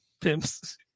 pimps